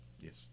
Yes